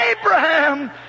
Abraham